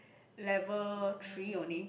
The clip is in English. level three only